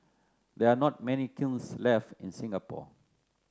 there are not many kilns left in Singapore